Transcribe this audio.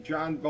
John